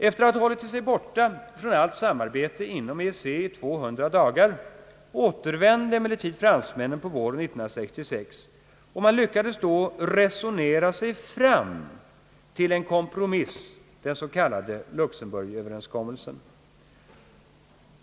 Efter att ha hållit sig borta från allt samarbete i EEC i 200 dagar återvände emellertid fransmännen våren 1966, och man lyckades då resonera sig fram till en kompromiss, den s.k. Luxembourgöverenskommelsen.